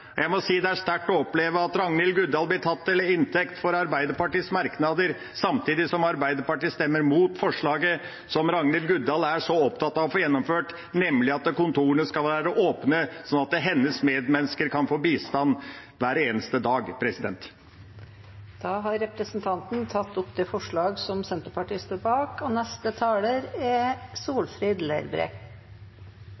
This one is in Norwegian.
Jeg må si det er sterkt å oppleve at Ragnhild Guddal blir tatt til inntekt for Arbeiderpartiets merknader, samtidig som Arbeiderpartiet stemmer mot forslaget som Ragnhild Guddal er så opptatt av å få gjennomført, nemlig at kontorene skal være åpne sånn at hennes medmennesker kan få bistand hver eneste dag. Representanten Per Olaf Lundteigen har tatt opp det